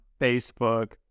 facebook